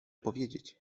powiedzieć